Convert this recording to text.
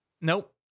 nope